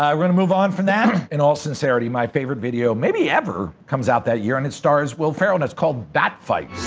we're gonna move on from that. in all sincerity, my favorite video maybe ever comes out that year and it stars will ferrell and it's called bat fight.